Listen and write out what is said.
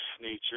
nature